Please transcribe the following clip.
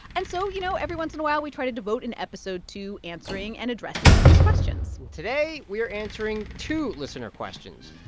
and so, you know, every once in a while, we try to devote an episode to answering and addressing these questions well, today we are answering two listener questions.